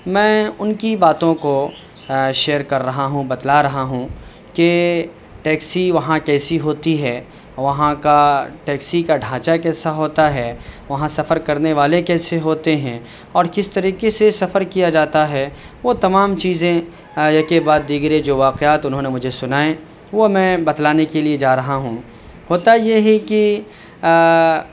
میں ان کی باتوں کو شیئر کر رہا ہوں بتلا رہا ہوں کہ ٹیکسی وہاں کیسی ہوتی ہے وہاں کا ٹیکسی کا ڈھانچہ کیسا ہوتا ہے وہاں سفر کرنے والے کیسے ہوتے ہیں اور کس طریقے سے سفر کیا جاتا ہے وہ تمام چیزیں یکے بعد دیگرے جو واقعات انہوں نے مجھے سنائے وہ میں بتلانے کے لیے جا رہا ہوں ہوتا یہ ہے کہ